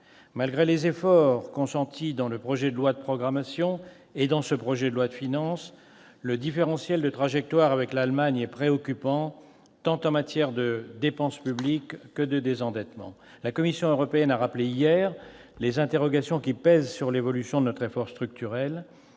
Malgré les efforts consentis dans le projet de loi de programmation et dans ce projet de loi de finances, le différentiel de trajectoire avec l'Allemagne est préoccupant, tant en matière de dépense publique que de désendettement. La Commission européenne a rappelé hier les interrogations qui pèsent sur l'évolution de notre effort structurel.